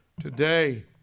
today